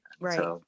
Right